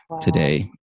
today